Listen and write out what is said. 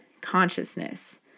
consciousness